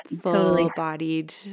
full-bodied